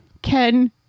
Ken